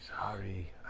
Sorry